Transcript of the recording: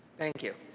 thank you.